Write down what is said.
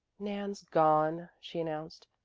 nan's gone, she announced.